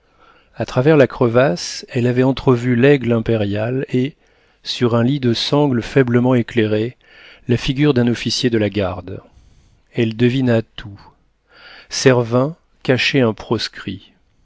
a travers la crevasse elle avait entrevu l'aigle impériale et sur un lit de sangles faiblement éclairé la figure d'un officier de la garde elle devina tout servin cachait un proscrit